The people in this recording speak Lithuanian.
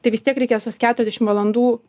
tai vis tiek reikės tuos keturiasdešim valandų